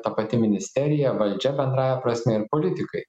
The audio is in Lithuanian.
ta pati ministerija valdžia bendrąja prasme ir politikai